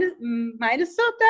Minnesota